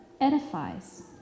edifies